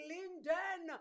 Linden